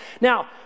Now